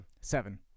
Seven